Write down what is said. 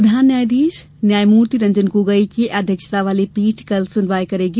प्रधान न्यायाधीश न्यायमूर्ति रंजन गोगोई की अध्यक्षता वाली पीठ कल सुनवाई करेगी